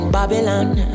Babylon